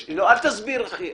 לא, אל תסביר לי.